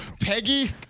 Peggy